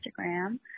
Instagram